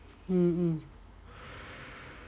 mm mm